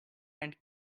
and